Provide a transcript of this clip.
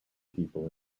people